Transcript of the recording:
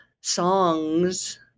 songs